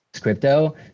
Crypto